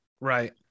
Right